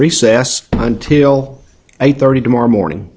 recess until eight thirty tomorrow morning